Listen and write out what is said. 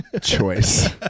Choice